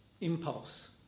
Impulse